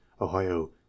ohio